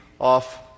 off